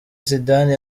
zidane